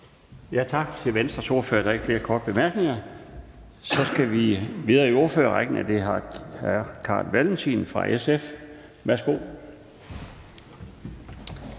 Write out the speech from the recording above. Tak til Venstres ordfører. Der er ikke flere korte bemærkninger, og så skal vi videre i ordførerrækken med hr. Carl Valentin fra SF. Værsgo.